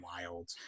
wild